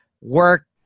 work